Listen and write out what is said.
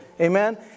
Amen